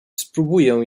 spróbuję